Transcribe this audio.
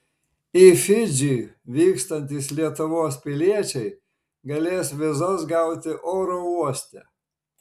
į fidžį vykstantys lietuvos piliečiai galės vizas gauti oro uoste